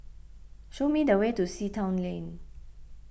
show me the way to Sea Town Lane